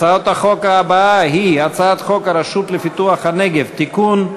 הצעת החוק הבאה היא הצעת חוק הרשות לפיתוח הנגב (תיקון,